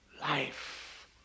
life